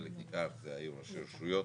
חלק מכך זה היו ראשי רשויות.